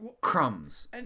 crumbs